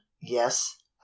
yes